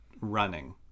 running